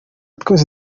twese